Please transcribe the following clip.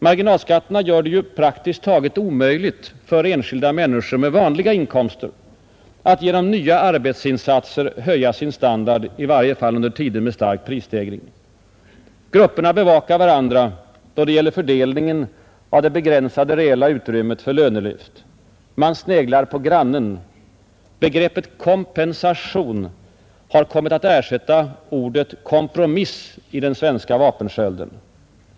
Marginalskatterna gör det ju praktiskt taget omöjligt för enskilda människor med vanliga inkomster att genom nya arbetsinsatser höja sin standard, i varje fall under tider med stark prisstegring. Grupperna bevakar varandra då det gäller fördelningen av det begränsade reella utrymmet för lönelyft. Man sneglar på grannen. Begreppet kompensation har kommit att ersätta ordet kompromiss i den svenska vapenskölden.